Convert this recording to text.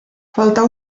faltar